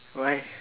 why